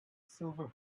silver